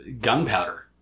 gunpowder